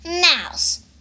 Mouse